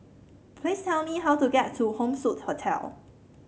please tell me how to get to Home Suite Hotel